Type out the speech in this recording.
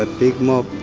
ah big mob,